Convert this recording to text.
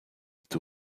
two